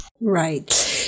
right